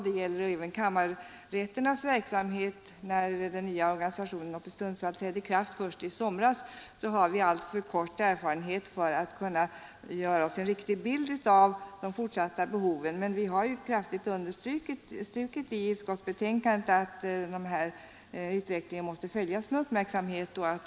Det gäller även kammarrätternas verksamhet enär den nya organisationen i Sundsvall trädde i kraft först i somras. Vi har en alltför kort erfarenhet för att kunna göra oss en riktig bild av de fortsatta behoven. Vi har dock kraftigt understrukit i utskottsbetänkandet att utvecklingen måste följas med uppmärksamhet.